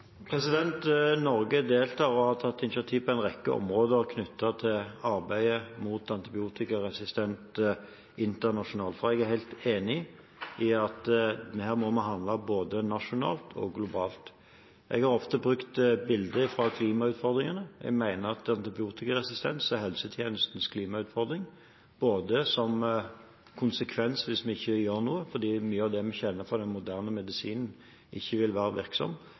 Norge deltar i og har tatt initiativ på en rekke områder knyttet til arbeidet mot antibiotikaresistens internasjonalt. Jeg er helt enig i at her må vi handle både nasjonalt og globalt. Jeg har ofte brukt bilder fra klimautfordringene. Jeg mener at antibiotikaresistens er helsetjenestens klimautfordring, som konsekvens hvis vi ikke gjør noe, fordi mye av det vi kjenner fra den moderne medisinen, ikke vil være